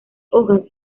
hojas